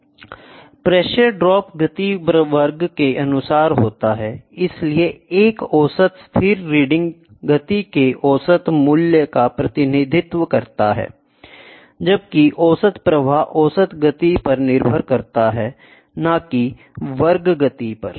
pressure drop गति वर्ग के अनुसार होता है इसलिए एक औसत स्थिर रीडिंग गति के औसत मूल्य का प्रतिनिधित्व करता है जबकि औसत प्रवाह औसत गति पर निर्भर करता है न कि वर्ग गति पर